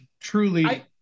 truly